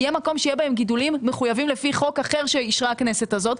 כי יהיה מקום שיהיה בהם גידולים מחויבים לפי חוק אחר שאישרה הכנסת הזאת.